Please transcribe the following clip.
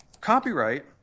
copyright